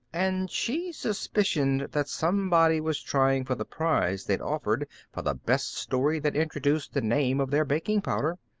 and she suspicioned that somebody was trying for the prize they'd offered for the best story that introduced the name of their baking powder.